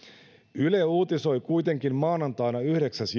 yle uutisoi kuitenkin maanantaina yhdeksäs